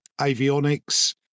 avionics